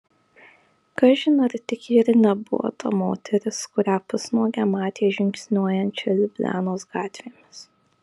kažin ar tik ji ir nebuvo ta moteris kurią pusnuogę matė žingsniuojančią liublianos gatvėmis